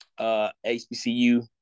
HBCU